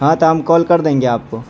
ہاں تو ہم کال کر دیں گے آپ کو